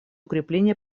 укрепления